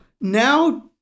now